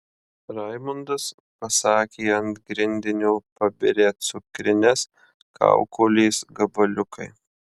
raimundas pasakė ant grindinio pabirę cukrines kaukolės gabaliukai